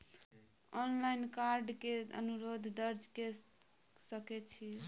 Online card के अनुरोध दर्ज के सकै छियै?